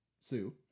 Sue